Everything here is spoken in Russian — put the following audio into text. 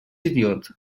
идет